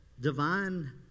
divine